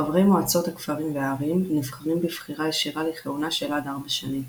חברי מועצות הכפרים והערים נבחרים בבחירה ישירה לכהונה של עד ארבע שנים.